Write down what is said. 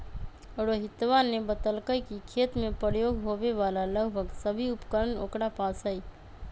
रोहितवा ने बतल कई कि खेत में प्रयोग होवे वाला लगभग सभी उपकरण ओकरा पास हई